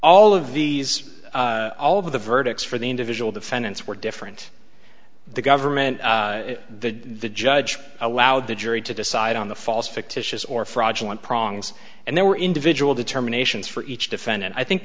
all of these all of the verdicts for the individual defendants were different the government the the judge allowed the jury to decide on the false fictitious or fraudulent prongs and they were individual determinations for each defendant i think